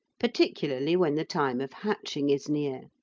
particularly when the time of hatching is near,